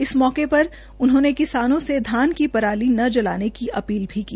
इस मौके पर उन्होंने किसानों से धान की पराली न जलाने की अपील भी की